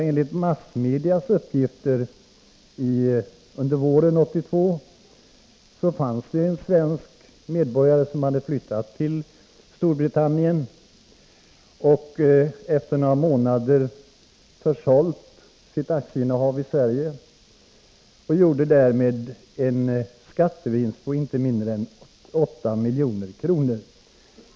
Enligt massmedias uppgifter under våren 1982 fanns det en svensk medborgare som hade flyttat till Storbritannien och efter några månader försålt sitt aktieinnehav i Sverige. Han gjorde därmed en skattevinst på inte mindre än 8 milj.kr.